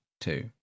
two